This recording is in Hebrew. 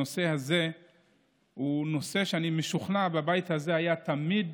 הנושא הזה הוא נושא שאני משוכנע שבבית הזה היה תמיד